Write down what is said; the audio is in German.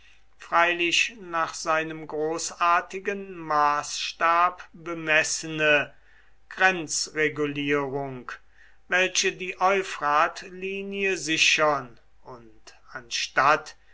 freilich nach seinem großartigen maßstab bemessene grenzregulierung welche die euphratlinie sichern und anstatt